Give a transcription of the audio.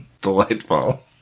delightful